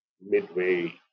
midway